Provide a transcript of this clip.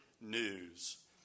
news